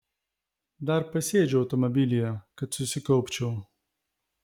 dar pasėdžiu automobilyje kad susikaupčiau